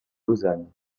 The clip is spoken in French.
lausanne